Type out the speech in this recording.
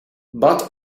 but